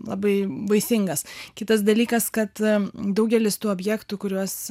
labai vaisingas kitas dalykas kad daugelis tų objektų kuriuos